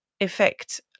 effect